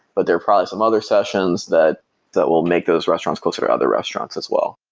but there are probably some other sessions that that will make those restaurants closer to other restaurants as well